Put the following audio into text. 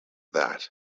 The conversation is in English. that